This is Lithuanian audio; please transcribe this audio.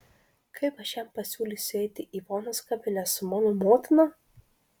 kaip aš jam pasiūlysiu eiti į ivonos kavinę su mano motina